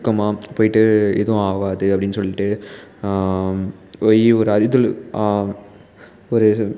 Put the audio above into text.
ஊக்கமாக போய்ட்டு எதுவும் ஆகாது அப்டின்னு சொல்லிட்டு போய் ஒரு ஆறிதலு ஒரு